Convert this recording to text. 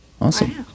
Awesome